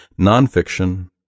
nonfiction